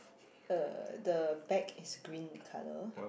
uh the back is green in colour